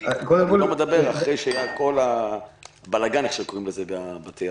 אחרי שהיה הבלגן הזה בבתי-האבות.